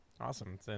Awesome